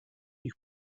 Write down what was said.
ich